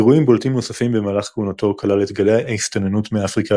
אירועים בולטים נוספים במהלך כהונתו כללו את גלי ההסתננות מאפריקה